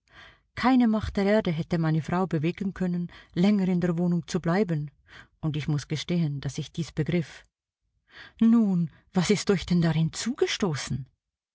keine macht der erde hätte meine frau bewegen können länger in der wohnung zu bleiben und ich muß gestehen daß ich dies begriff nun was ist euch denn darin zugestoßen